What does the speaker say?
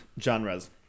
Genres